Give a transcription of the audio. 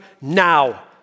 now